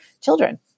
children